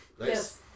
Yes